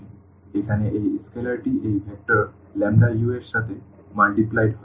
সুতরাং এখানে এই স্কেলারটি এই ভেক্টর u এর সাথে গুণিত হয়